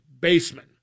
baseman